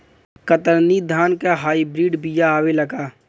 कतरनी धान क high breed बिया आवेला का?